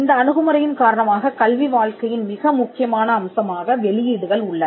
இந்த அணுகுமுறையின் காரணமாக கல்வி வாழ்க்கையின் மிக முக்கியமான அம்சமாக வெளியீடுகள் உள்ளன